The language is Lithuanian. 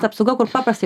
apsauga kur paprasta